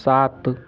सात